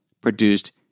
produced